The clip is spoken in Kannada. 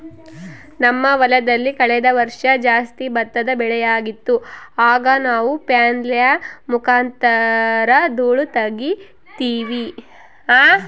ನಮ್ಮ ಹೊಲದಲ್ಲಿ ಕಳೆದ ವರ್ಷ ಜಾಸ್ತಿ ಭತ್ತದ ಬೆಳೆಯಾಗಿತ್ತು, ಆಗ ನಾವು ಫ್ಲ್ಯಾಯ್ಲ್ ಮುಖಾಂತರ ಧೂಳು ತಗೀತಿವಿ